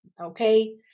Okay